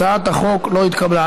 הצעת החוק לא התקבלה.